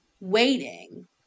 waiting